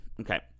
okay